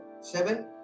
seven